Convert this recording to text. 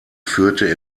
führte